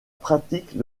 pratique